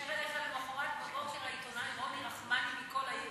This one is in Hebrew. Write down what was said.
התקשר אליך למחרת בבוקר העיתונאי רוני רחמני מ"כל העיר"